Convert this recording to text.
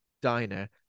diner